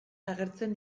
agertzen